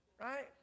Right